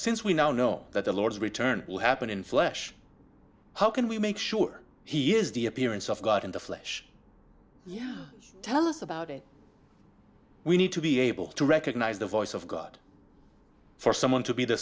since we now know that the lord's return will happen in flesh how can we make sure he is the appearance of god in the flesh yeah tell us about it we need to be able to recognize the voice of god for someone to be the